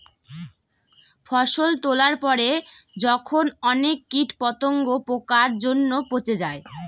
ফসল তোলার পরে যখন অনেক কীট পতঙ্গ, পোকার জন্য পচে যায়